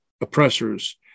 oppressors